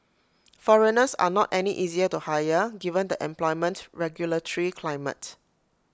foreigners are not any easier to hire given the employment regulatory climate